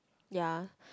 ya